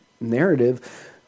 narrative